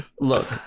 look